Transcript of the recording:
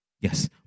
Yes